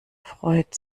freut